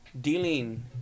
dealing